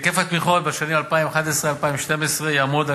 היקף התמיכות בשנים 2011 2012 יעמוד על